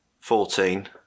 Fourteen